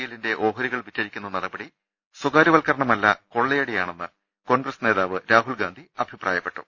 എല്ലിന്റെ ഓഹരികൾ വിറ്റഴിക്കുന്ന നടപടി സ്ഥകാര്യവൽക്കരണമല്ല കൊള്ളയടി യാണെന്ന് കോൺഗ്രസ് നേതാവ് രാഹുൽഗാന്ധി അഭിപ്രായപ്പെട്ടു